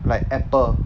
like apple